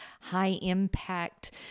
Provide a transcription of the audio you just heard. high-impact